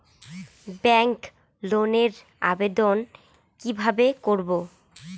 Bank লোনের আবেদন কি কিভাবে করব?